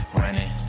running